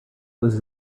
was